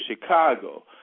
Chicago